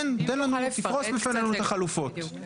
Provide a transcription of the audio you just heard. תפרוס בפנינו את החלופות.